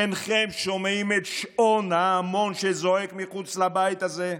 אינכם שומעים את שאון ההמון שזועק מחוץ לבית הזה?